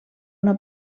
una